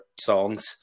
songs